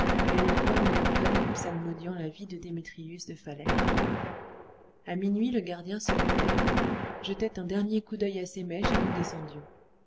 et une voix monotone psalmodiant la vie de démétrius de phalère à minuit le gardien se levait jetait un dernier coup d'œil à ses mèches et nous descendions